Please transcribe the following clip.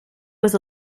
was